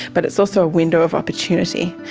but it's also a window of opportunity,